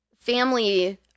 family